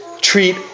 treat